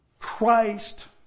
Christ